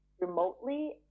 remotely